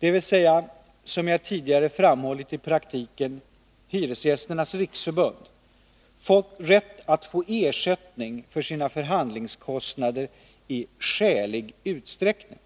dvs. — som jag tidigare framhållit — i praktiken Hyresgästernas riksförbund, rätt att få ersättning för sina förhandlingskostnader i skälig utsträckning.